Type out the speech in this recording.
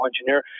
engineer